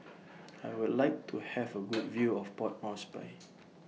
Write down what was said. I Would like to Have A Good View of Port Moresby